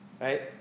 right